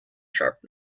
sharp